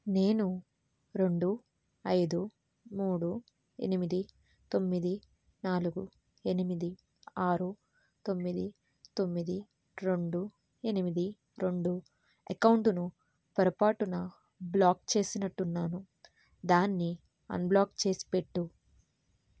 నేను రెండు ఐదు మూడు ఎనిమిది తొమ్మిది నాలుగు ఎనిమిది ఆరు తొమ్మిది తొమ్మిది రెండు ఎనిమిది రెండు అకౌంట్ను పొరపాటున బ్లాక్ చేసినట్టున్నాను దాన్ని అన్బ్లాక్ చేసిపెట్టు